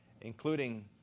including